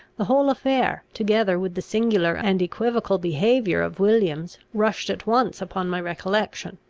the whole affair, together with the singular and equivocal behaviour of williams, rushed at once upon my recollection.